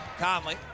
Conley